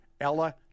Ella